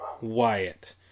Wyatt